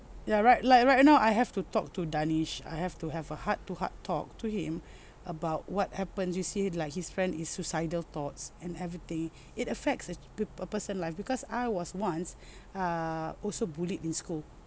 ya right like right now I have to talk to darnish I have to have a heart-to-heart talk to him about what happens you see like his friend is suicidal thoughts and everything it affects a a person life because I was once err also bullied in school